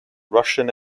russian